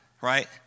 right